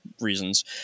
reasons